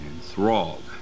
enthralled